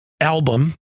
album